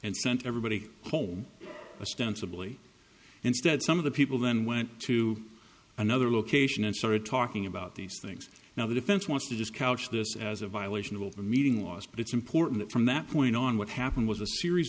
and sent everybody home a sensible instead some of the people then went to another location and started talking about these things now the defense wants to this couch this as a violation of open meeting last but it's important from that point on what happened was a series